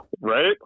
Right